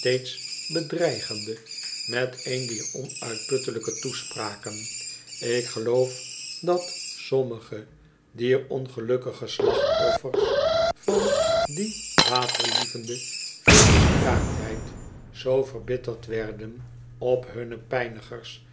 bedreigende met een dier onuitputtelijke toespraken ik geloof dat sommige dier ongelukkige slachtoffers van die waterlievende veelbespraaktheid zoo verbitterd werden op hunne pijnigers